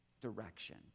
direction